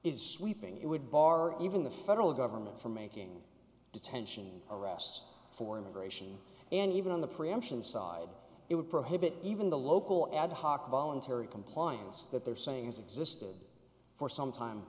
is sweeping it would bar even the federal government from making detention arrests for immigration and even on the preemption side it would prohibit even the local ad hoc voluntary compliance that they're saying is existed for some time